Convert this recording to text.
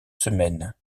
semaines